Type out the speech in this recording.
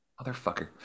motherfucker